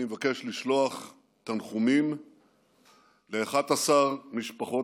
אני מבקש לשלוח תנחומים ל-11 משפחות